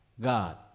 God